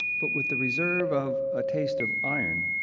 but with the reserve of a taste of iron,